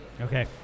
Okay